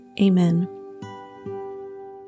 Amen